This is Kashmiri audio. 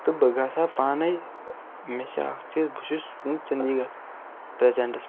تہٕ بہٕ گژھٕ ہا پانے مےٚ چھِ اَکھ چیٖز بہٕ چھُس وُنہِ چنٛدی گڑھ پرٛیزَنٹَس مَنٛز